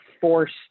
force